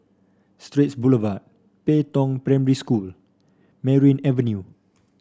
Straits Boulevard Pei Tong Primary School Merryn Avenue